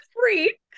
free